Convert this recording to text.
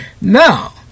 Now